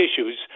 issues